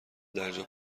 درجا